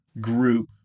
group